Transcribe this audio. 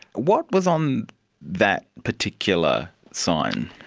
what was on that particular sign?